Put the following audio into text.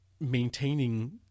maintaining